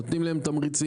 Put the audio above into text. נותנים להם תמריצים.